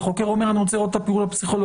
החוקר אומר שהוא רוצה לראות את הטיפול הפסיכולוגי.